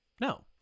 No